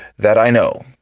that i know.